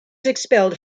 expelled